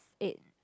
eight